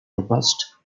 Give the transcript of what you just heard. robust